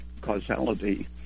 causality